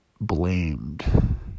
blamed